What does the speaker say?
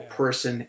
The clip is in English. person